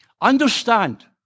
Understand